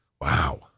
wow